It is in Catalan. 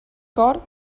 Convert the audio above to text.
cor